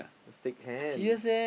steak can